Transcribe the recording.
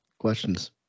Questions